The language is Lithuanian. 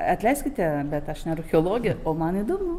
atleiskite bet aš ne archeologė o man įdomu